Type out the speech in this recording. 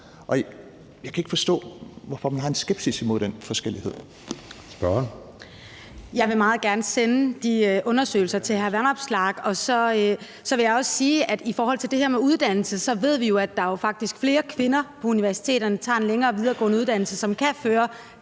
(Jeppe Søe): Spørgeren. Kl. 16:17 Rosa Eriksen (M): Jeg vil meget gerne sende de undersøgelser til hr. Alex Vanopslagh. Og så vil jeg også sige, at i forhold til det her med uddannelse ved vi, at der faktisk er flere kvinder på universiteterne, som tager en længere videregående uddannelse, som kan føre